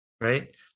Right